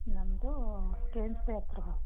ನಮ್ಮದು K M C ಹತ್ತಿರ ಬಾ